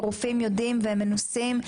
הרופאים יודעים והם מנוסים,